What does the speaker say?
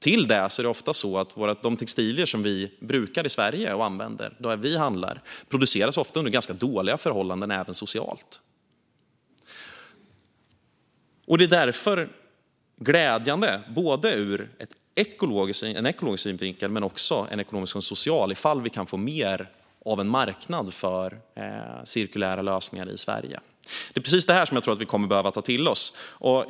Till detta produceras de textilier som vi brukar, använder och handlar i Sverige ofta under ganska dåliga förhållanden även socialt. Det är därför glädjande ur en ekologisk och en ekonomisk och en social synvinkel om vi kan få mer av en marknad för cirkulära lösningar i Sverige. Det är precis det här som jag tror att vi kommer att behöva ta till oss.